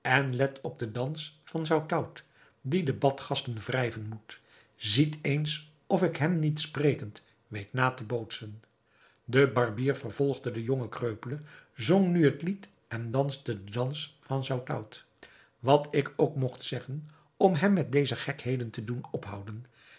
let op den dans van zoutout die de badgasten wrijven moet ziet eens of ik hem niet sprekend weet na te bootsen de barbier vervolgde de jonge kreupele zong nu het lied en danste den dans van zoutout wat ik ook mogt zeggen om hem met deze gekheden te doen ophouden